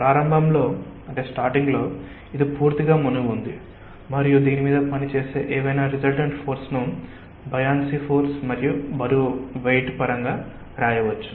ప్రారంభంలో ఇది పూర్తిగా మునిగి ఉంది మరియు దీని మీద పనిచేసే ఏవైనా రిసల్టెంట్ ఫోర్సెస్ ను బయాన్సీ ఫోర్స్ మరియు బరువు పరంగా వ్రాయవచ్చు